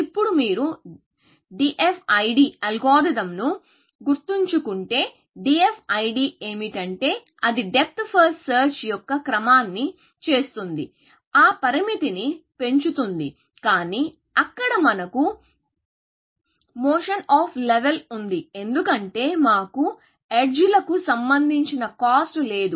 ఇప్పుడు మీరు DFID అల్గోరిథంను గుర్తుంచుకుంటే DFID ఏమిటంటే అది డెప్త్ ఫస్ట్ సెర్చ్ యొక్క క్రమాన్ని చేస్తుంది ఆ పరిమితిని పెంచుతుంది కానీ అక్కడ మనకు మోషన్ అఫ్ లెవెల్ ఉంది ఎందుకంటే మాకు ఎడ్జ్ లకు సంబంధించిన కాస్ట్ లేదు